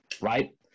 Right